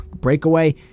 Breakaway